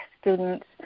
students